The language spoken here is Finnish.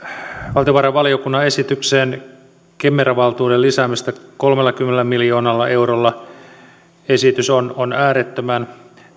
valtiovarainvaliokunnan esitykseen kemera valtuuden lisäämisestä kolmellakymmenellä miljoonalla eurolla esitys on on äärettömän